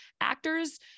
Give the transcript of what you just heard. actors